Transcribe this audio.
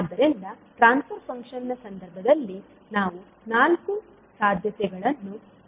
ಆದ್ದರಿಂದ transfer function ನ ಸಂದರ್ಭದಲ್ಲಿ ನಾವು ನಾಲ್ಕು ಸಾಧ್ಯತೆಗಳನ್ನು ಹೊಂದಬಹುದು